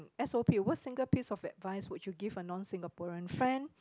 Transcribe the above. s_o_p what single piece of advice would you give a non Singaporean friend